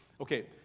Okay